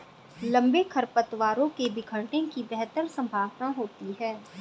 लंबे खरपतवारों के बिखरने की बेहतर संभावना होती है